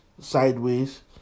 sideways